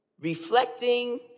reflecting